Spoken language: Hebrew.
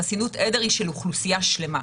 חסינות עדר היא של אוכלוסייה שלמה.